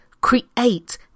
create